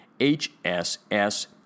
HSS